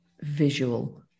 visual